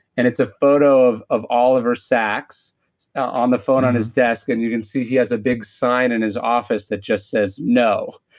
and it's a photo of of oliver sacks on the phone on his desk, and you can see he has a big sign in his office that just says, no.